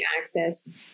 access